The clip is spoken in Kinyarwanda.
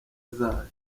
zayo